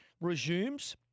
resumes